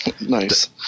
Nice